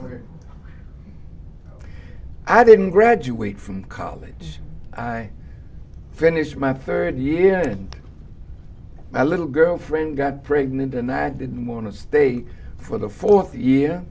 master i didn't graduate from college i finished my third year and my little girlfriend got pregnant and i didn't want to stay for the fourth year